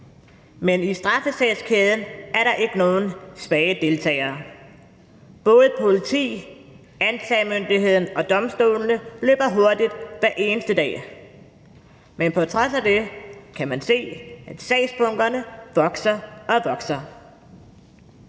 Men i straffesagskæden er der ikke nogen svage deltagere. Både politi, anklagemyndigheden og domstolene løber hurtigt hvad eneste dag. Men på trods at det kan man se, at sagsbunkerne vokser og vokser.